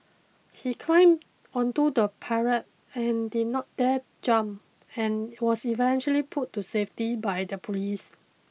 he climbed onto the parapet and did not dare jump and was eventually pulled to safety by the police